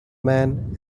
man